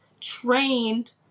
trained